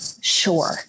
Sure